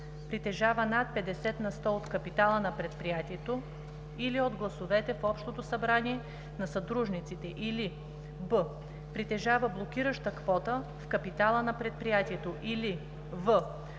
притежава над 50 на сто от капитала на предприятието или от гласовете в общото събрание на съдружниците, или б) притежава блокираща квота в капитала на предприятието, или в)